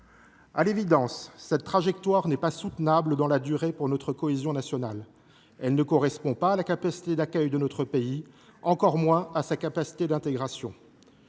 À l’évidence, cette trajectoire n’est pas soutenable dans la durée pour notre cohésion nationale. Elle ne correspond pas à la capacité d’accueil de notre pays, encore moins à sa capacité d’intégration.